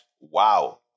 Wow